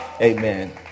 amen